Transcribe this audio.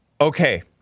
Okay